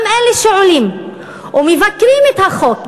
גם אלה שעולים ומבקרים את החוק,